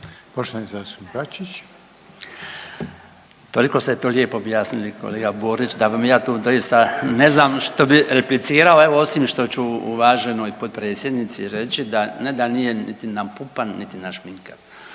Branko (HDZ)** Toliko ste to lijepo objasnili kolega Borić, da vam ja tu doista ne znam što bi replicirao evo osim što ću uvaženoj potpredsjednici reći da, ne da nije niti napumpan niti našminkan.